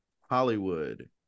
Hollywood